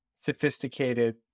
sophisticated